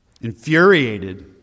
infuriated